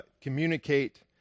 communicate